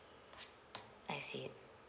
I see